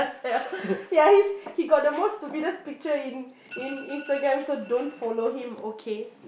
yeah he's he got he most stupidest picture in in Instagram so don't follow him okay